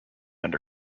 under